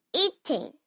eating